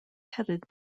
headed